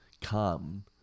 Come